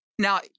Now